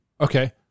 Okay